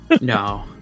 No